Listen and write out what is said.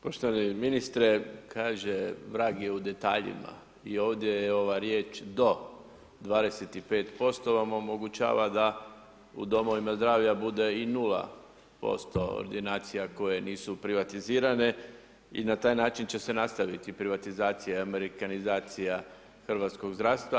Poštovani ministre, kaže vrag je u detaljima i ovdje je ova riječ do 25% vam omogućava da u domovima zdravlja bude i 0% ordinacija koje nisu privatizirani i na taj način će se nastaviti privatizacije, amerikanizacija hrvatskog zdravstva.